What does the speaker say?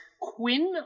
Quinn